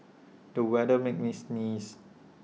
the weather made me sneeze